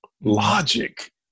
Logic